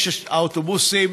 האוטובוסים,